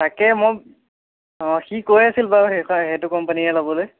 তাকে মই অঁ সি কৈ আছিল বাৰু সেইখন সেইটো কোম্পানীয়ে ল'বলৈ